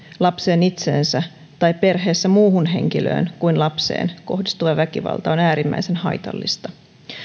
lapseen itseensä tai perheessä muuhun henkilöön kuin lapseen kohdistuva väkivalta on äärimmäisen haitallista